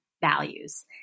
values